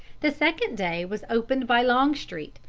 the second day was opened by longstreet,